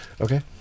okay